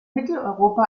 mitteleuropa